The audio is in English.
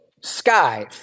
sky